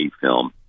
film